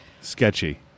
Sketchy